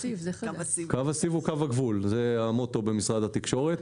קו הסיב הוא קו הגבול, זה המוטו במשרד התקשורת.